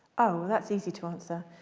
oh that's easy to answer.